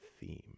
theme